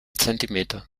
zentimeter